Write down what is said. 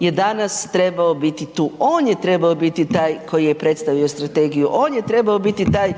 je danas trebao biti tu. On je trebao biti taj koji je predstavio strategiju, on je trebao biti taj